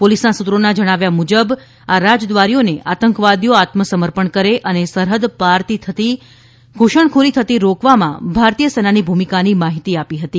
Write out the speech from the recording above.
પોલીસના સૂત્રોના જણાવ્યા મુજબ આ રાજદ્વારીઓને આતંકવાદીઓ આત્મસમર્પણ કરે અને સરહદ પારથી થતી ધૂસણખોરી થતી રોકવામાં ભારતીય સેનાની ભૂમિકાની માહિતી આપી હતી